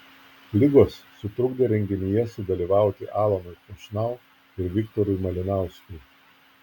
ligos sutrukdė renginyje sudalyvauti alanui chošnau ir viktorui malinauskui